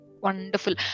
Wonderful